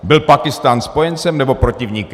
Byl Pákistán spojencem, nebo protivníkem?